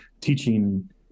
teaching